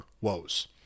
woes